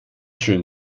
schön